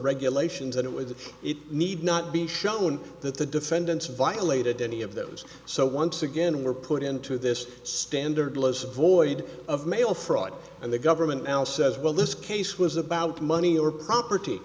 regulations in it with it need not be shown that the defendants violated any of those so once again were put into this standardless void of mail fraud and the government now says well this case was about money or property